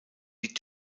die